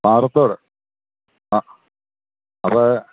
പാറത്തോട് ആ അപ്പോള്